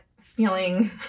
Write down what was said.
feeling